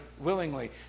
willingly